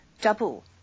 double